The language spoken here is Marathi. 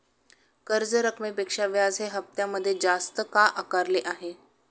कर्ज रकमेपेक्षा व्याज हे हप्त्यामध्ये जास्त का आकारले आहे?